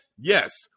Yes